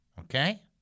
Okay